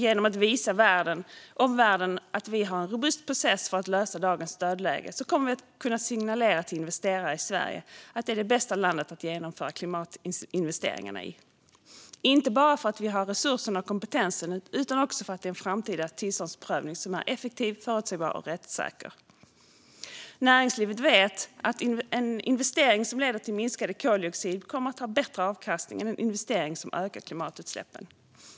Genom att visa omvärlden att vi har en robust process för att bryta dagens dödläge kommer vi att kunna signalera till investerare att Sverige är det bästa landet att genomföra klimatinvesteringar i, inte bara för att Sverige har resurserna och kompetensen utan också för att det är en framtida tillståndsprövning som är effektiv, förutsägbar och rättssäker. Näringslivet vet att en investering som leder till minskade koldioxidutsläpp kommer att ha bättre avkastning än en investering som ökar klimatutsläppen.